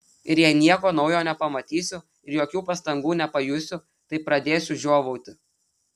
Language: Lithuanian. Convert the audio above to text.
ir jei nieko naujo nepamatysiu ir jokių pastangų nepajusiu tai pradėsiu žiovauti